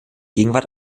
gegenwart